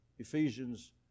Ephesians